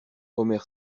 omer